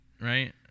right